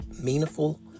meaningful